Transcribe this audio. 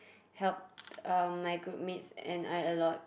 helped um my group mates and I a lot